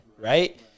right